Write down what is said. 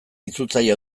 itzultzaile